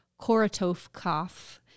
Korotovkov